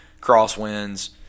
crosswinds